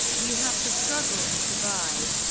you have to struggle to survive.